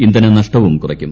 ഇന്ധന നഷ്ടവും കുറയ്ക്കും